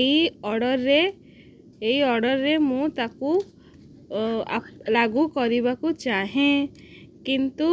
ଏଇ ଅର୍ଡ଼ର୍ରେ ଏଇ ଅର୍ଡ଼ର୍ରେ ମୁଁ ତାକୁ ଲାଗୁ କରିବାକୁ ଚାହେଁ କିନ୍ତୁ